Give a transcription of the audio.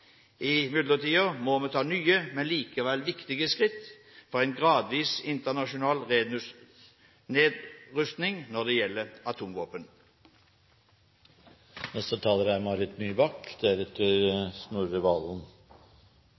I mellomtiden må vi ta nye – men likevel viktige – skritt for en gradvis internasjonal nedrusting når det gjelder